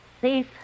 safe